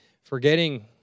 forgetting